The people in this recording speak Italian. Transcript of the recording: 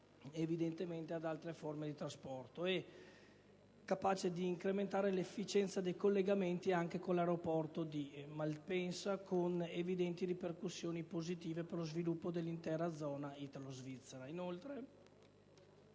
rispetto ad altre forme di trasporto e permette altresì di incrementare l'efficienza dei collegamenti con l'aeroporto di Malpensa, con evidenti ripercussioni positive per lo sviluppo dell'intera area italo-svizzera.